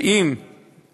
שאם